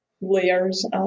layers